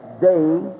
day